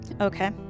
Okay